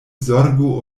zorgu